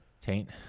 Taint